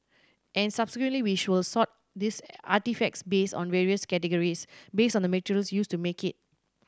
and subsequently we sort these artefacts based on various categories based on the materials used to make it